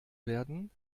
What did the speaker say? werden